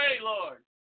Lord